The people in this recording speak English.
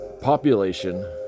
population